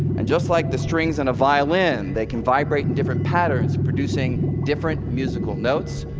and just like the strings on a violin, they can vibrate in different patterns producing different musical notes.